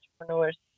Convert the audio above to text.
entrepreneurs